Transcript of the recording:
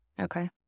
Okay